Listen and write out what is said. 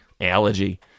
Allergy